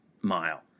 mile